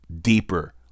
deeper